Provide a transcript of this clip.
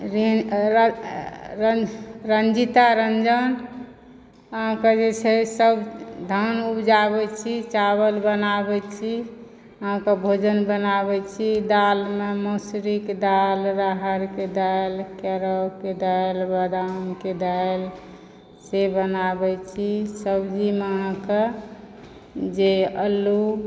रंजीता रंजन अहाँक जे छै से सभ धान उपजाबैत छी चावल बनाबैत छी अहाँक भोजन बनाबैत छी दालिमऽ मसुरीके दालि राहरिके दालि केराउके दालि बदामके दालि से बनाबैत छी सब्जीमऽ अहाँक जे आलू